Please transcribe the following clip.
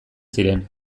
ziren